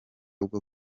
bwo